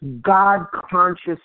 God-conscious